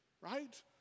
Right